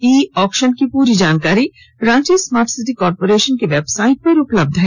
ई auction की पूरी जानकारी रांची स्मार्ट सिटी कॉरपोरेशन की वेबसाइट पर उपलब्ध है